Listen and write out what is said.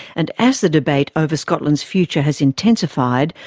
and as the debate over scotland's future has intensified,